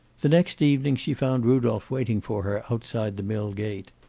the next evening she found rudolph waiting for her outside the mill gate.